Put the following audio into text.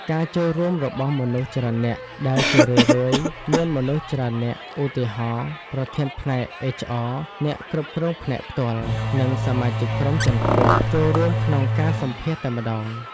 ការចូលរួមរបស់មនុស្សច្រើននាក់ ដែលជារឿយៗ មានមនុស្សច្រើននាក់ (ឧទាហរណ៍៖ ប្រធានផ្នែក HR អ្នកគ្រប់គ្រងផ្នែកផ្ទាល់ និងសមាជិកក្រុមជាន់ខ្ពស់) ចូលរួមក្នុងការសម្ភាសន៍តែម្ដង។